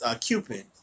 Cupid